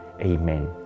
Amen